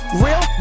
real